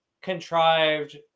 contrived